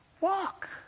walk